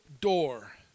door